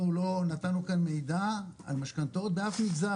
אנחנו לא נתנו כאן מידע על משכנתאות באף מגזר,